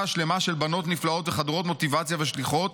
שלמה של בנות נפלאות וחדורות מוטיבציה ושליחות